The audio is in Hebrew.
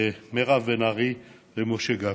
מירב בן ארי ומשה גפני.